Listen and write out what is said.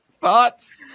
Thoughts